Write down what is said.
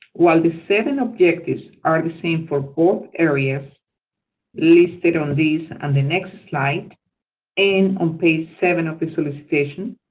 while the seven objectives are the same for both areas listed on these and the next slide and on page seven of the solicitation,